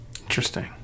Interesting